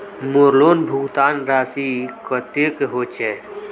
मोर लोन भुगतान राशि कतेक होचए?